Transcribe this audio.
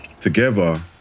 Together